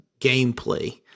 gameplay